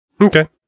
Okay